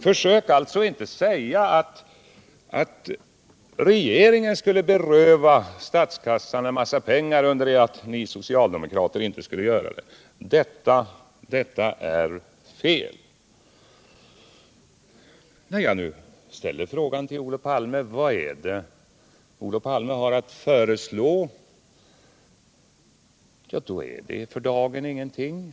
Försök alltså inte säga att regeringen berövar statskassan en massa pengar under det att ni socialdemokrater inte skulle göra det. Detta är fel. 181 När jag nu frågar vad Olof Palme har att föreslå, så får jag veta att det för dagen inte är någonting.